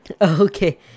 Okay